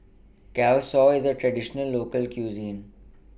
Kueh Kosui IS A Traditional Local Cuisine